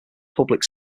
public